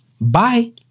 Bye